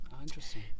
Interesting